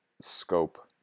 scope